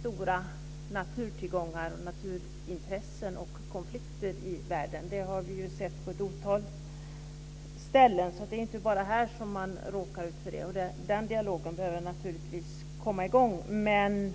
stora naturtillgångar, naturintressen och konflikter i världen. Det har vi ju sett på ett otal ställen - det är inte bara i Sudan som man har råkat ut för det. Den dialogen bör naturligtvis komma i gång.